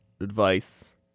advice